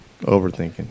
overthinking